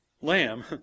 lamb